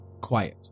Quiet